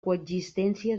coexistència